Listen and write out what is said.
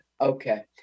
Okay